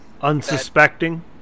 Unsuspecting